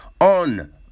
on